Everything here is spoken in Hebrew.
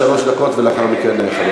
בבקשה, שלוש דקות, ולאחר מכן חבר הכנסת.